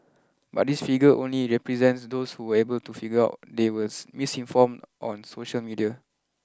but this figure only represents those who were able to figure out they were misinformed on social media